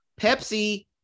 Pepsi